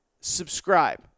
subscribe